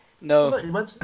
No